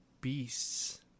Beasts